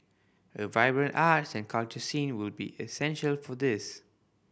a vibrant arts and culture scene will be essential for this